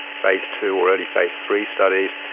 phase two or early phase three studies,